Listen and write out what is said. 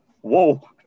Whoa